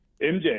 MJ